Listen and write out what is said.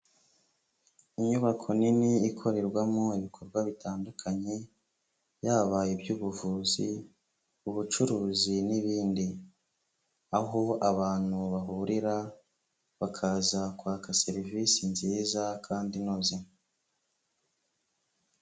Inyubako nini ikorerwamo ibikorwa bitandukanye, byaba iby'ubuvuzi, ubucuruzi n'ibindi, aho abantu bahurira, bakaza kwaka serivisi nziza kandi inoze.